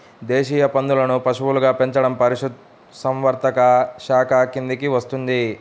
దేశీయ పందులను పశువులుగా పెంచడం పశుసంవర్ధక శాఖ కిందికి వస్తుంది